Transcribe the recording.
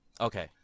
Okay